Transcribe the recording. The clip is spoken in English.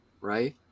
right